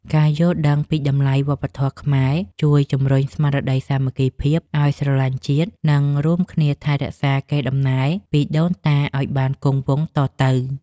ការយល់ដឹងពីតម្លៃវប្បធម៌ខ្មែរជួយជម្រុញស្មារតីសាមគ្គីភាពឱ្យស្រឡាញ់ជាតិ និង រួមគ្នាថែរក្សាកេរដំណែលពីដូនតាឱ្យបានគង់វង្សតទៅ។